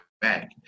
back